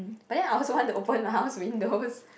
but then I also want to open my house windows